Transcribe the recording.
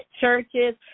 churches